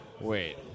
wait